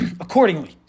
Accordingly